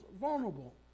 vulnerable